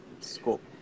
scope